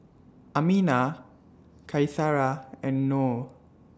Aminah Qaisara and Noh